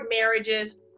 marriages